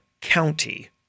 county